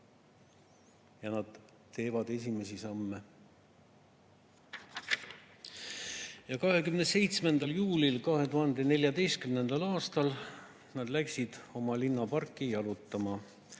ja nad teevad siin esimesi samme. 27. juulil 2014. aastal läksid nad oma linna parki jalutama.